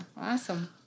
Awesome